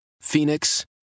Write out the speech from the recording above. Phoenix